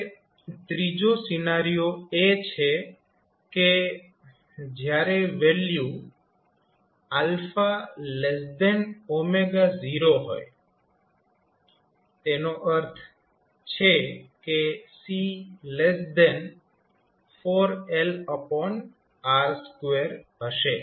હવે ત્રીજો સિનારિયો એ છે કે જ્યારે વેલ્યુ 0 હોય તેનો અર્થ છે કે C 4LR2 હશે